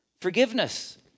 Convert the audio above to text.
forgiveness